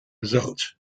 result